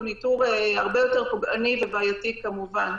ניטור הרבה יותר פוגעני ובעייתי כמובן.